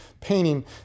painting